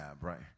right